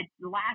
last